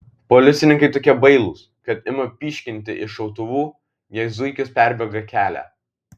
policininkai tokie bailūs kad ima pyškinti iš šautuvų jei zuikis perbėga kelią